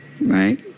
right